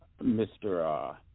Mr